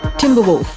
timberwolf,